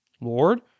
Lord